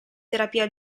terapia